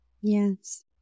Yes